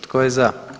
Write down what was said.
Tko je za?